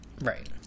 Right